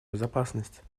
безопасность